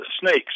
snakes